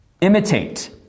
imitate